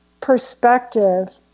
perspective